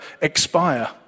expire